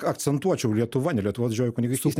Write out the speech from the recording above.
akcentuočiau lietuva ne lietuvos didžioji kunigaikštystė